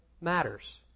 matters